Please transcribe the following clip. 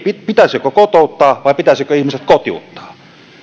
pitäisikö kotouttaa vai pitäisikö ihmiset kotiuttaa